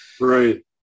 right